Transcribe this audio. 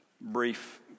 brief